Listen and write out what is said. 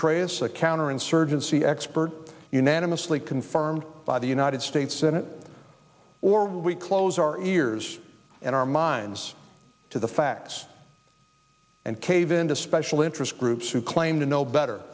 s a counterinsurgency expert unanimously confirmed by the united states senate or we close our ears and our minds to the facts and cave into special interest groups who claim to know better